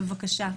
בבקשה.